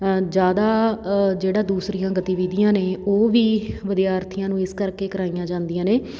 ਜ਼ਿਆਦਾ ਜਿਹੜਾ ਦੂਸਰੀਆਂ ਗਤੀਵਿਧੀਆਂ ਨੇ ਉਹ ਵੀ ਵਿਦਿਆਰਥੀਆਂ ਨੂੰ ਇਸ ਕਰਕੇ ਕਰਵਾਈਆਂ ਜਾਂਦੀਆਂ ਨੇ